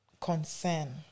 concern